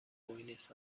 بوینس